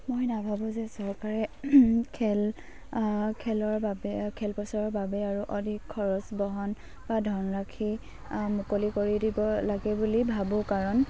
মই নাভাবোঁ যে চৰকাৰে খেল খেলৰ বাবে খেল প্ৰচাৰৰ বাবে আৰু অধিক খৰচ বহন বা ধনৰাশি মুকলি কৰি দিব লাগে বুলি ভাবোঁ কাৰণ